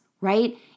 right